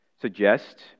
suggest